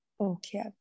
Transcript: Okay